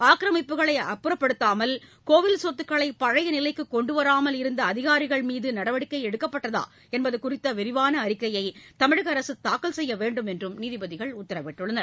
ஆக்கிரமிப்புகளை அப்புறப்படுத்தாமல் கோயில் சொத்துக்களை பழைய நிலைக்கு கொண்டுவராமல் இருந்த அதிகாரிகள் மீது நடவடிக்கை எடுக்கப்பட்டதா என்பது குறித்த விரிவான அறிக்கையை தமிழக அரசு தாக்கல் செய்ய வேண்டும் என்றும் நீதிபதிகள் உத்தரவிட்டனர்